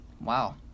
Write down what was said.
Wow